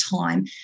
time